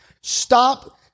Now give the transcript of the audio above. Stop